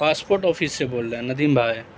passport office سے بول رہے ہیں ندیم بھائی